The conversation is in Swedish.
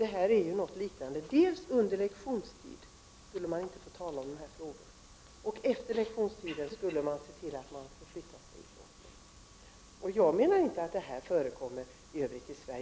Det är ju vad det liknar när lärarna under lektionerna inte skulle få tala med eleverna om flyktingfrågor och när de efter lektionstid skulle se till att förflytta sig därifrån. Jag menar inte att det här förekommer i övrigt i Sverige.